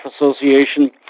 Association